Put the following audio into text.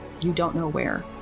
you-don't-know-where